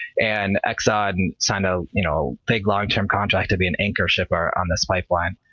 and exxon and signed a you know big, long-term contract to be an anchor shipper on this pipeline.